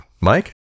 Mike